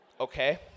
Okay